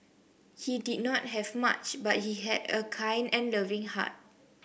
he did not have much but he had a kind and loving heart